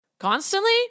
Constantly